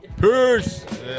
Peace